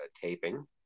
taping